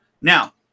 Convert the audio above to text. Now